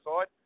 side